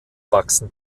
wachsen